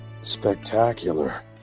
spectacular